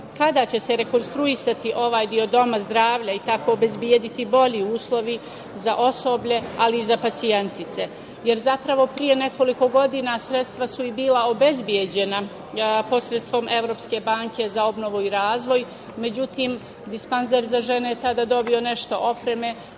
kada će se rekonstruisati ovaj deo doma zdravlja i tako obezbediti bolji uslovi za osoblje, ali i za pacijentkinje? Zapravo, pre nekoliko godina sredstva su i bila obezbeđena posredstvom Evropske banke za obnovu i razvoj. Međutim, dispanzer za žene je tada dobio nešto opreme,